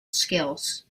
skills